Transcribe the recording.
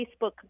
Facebook